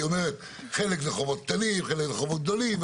כי היא אומרת שחלק זה חובות קטנים וחלק חובות גדולים,